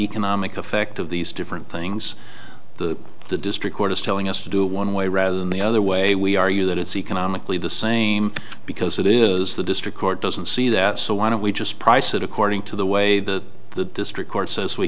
economic effect of these different things the the district court is telling us to do one way rather than the other way we argue that it's economically the same because it is the district court doesn't see that so why don't we just price it according to the way that the district court says we